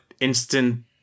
instant